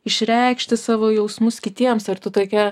išreikšti savo jausmus kitiems ar tu tokia